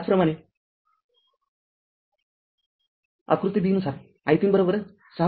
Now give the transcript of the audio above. त्याचप्रमाणे आकृती b नुसार i३ ६